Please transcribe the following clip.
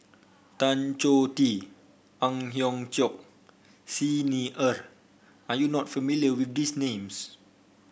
Tan Choh Tee Ang Hiong Chiok Xi Ni Er are you not familiar with these names